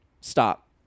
stop